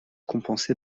compensée